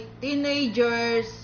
teenagers